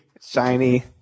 Shiny